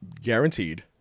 guaranteed